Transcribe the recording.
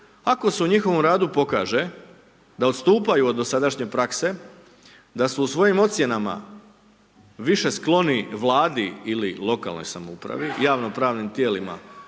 Ako su u njihovom radu pokaže, da odstupaju od dosadašnje prakse, da su u svojim ocjenama više skloni Vladi ili lokalnoj samoupravi, javno pravnim tijelima,